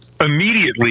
immediately